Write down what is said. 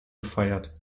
gefeiert